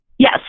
Yes